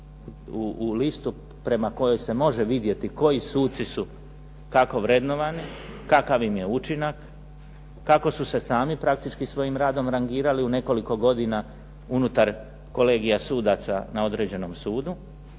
u listu prema kojoj se može vidjeti koji suci su kako vrednovani, kakav im je učinak, kako su se sami praktički svojim radom rangirali u nekoliko godina unutar kolegija sudaca na određenom sudu.